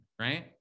right